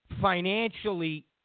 financially